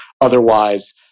otherwise